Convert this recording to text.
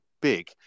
big